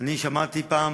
אני שמעתי פעם